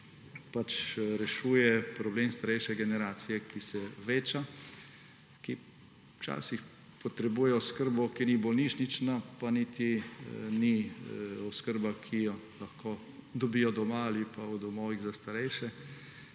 zakon rešuje problem starejše generacije, ki se veča, ki včasih potrebuje oskrbo, ki ni bolnišnična, pa niti ni oskrba, ki jo lahko dobijo doma ali v domovih za starejše.